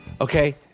okay